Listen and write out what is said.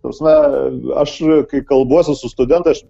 ta prasme aš kai kalbuosi su studentas aš